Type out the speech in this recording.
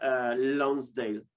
Lonsdale